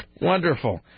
Wonderful